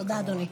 תודה, אדוני.